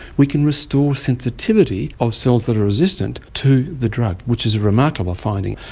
we can restore sensitivity of cells that are resistant to the drug, which is a remarkable finding.